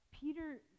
Peter